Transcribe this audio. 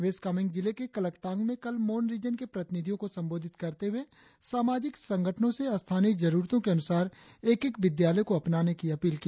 waste Kameng जिले के कलकतांग में कल मोन रीजन के प्रतिनिधियों को संबोधित करते हुए सामाजिक संगठनों से स्थानीय जरुरतों के अनुसार एक एक विद्यालय को अपनाने की अपील की